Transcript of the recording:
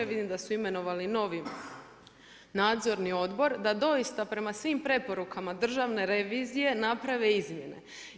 Vidim da su imenovali novi Nadzorni odbor, da doista prema svim preporukama Državne revizije naprave izmjene.